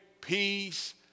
peace